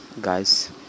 guys